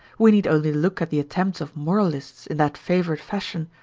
we need only look at the attempts of moralists in that favourite fashion,